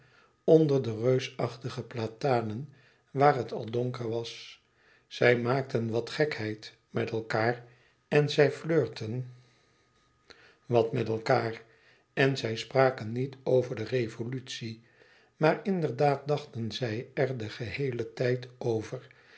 onder de reusachtige platanen waar het al donker was zij maakten wat gekheid met elkaâr en zij flirten wat met elkaâr en zij spraken niet over de revolutie maar inderdaad dachten zij er den geheelen tijd over